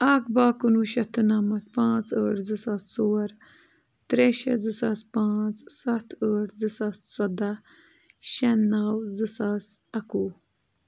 اَکھ بَہہ کُنہٕ وُہ شَتھ تُرٛنَمَتھ پانٛژھ ٲٹھ زٕ ساس ژور ترٛےٚ شےٚ زٕ ساس پانٛژھ سَتھ ٲٹھ زٕ ساس ژۄداہ شےٚ نَو زٕ ساس اَکہٕ وُہ